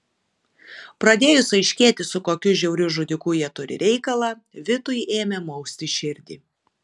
pradėjus aiškėti su kokiu žiauriu žudiku jie turi reikalą vitui ėmė mausti širdį